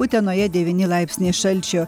utenoje devyni laipsniai šalčio